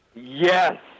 Yes